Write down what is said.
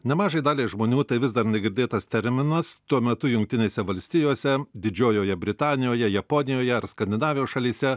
nemažai daliai žmonių tai vis dar negirdėtas terminas tuo metu jungtinėse valstijose didžiojoje britanijoje japonijoje ar skandinavijos šalyse